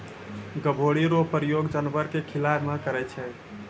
गभोरी रो प्रयोग जानवर के खिलाय मे करै छै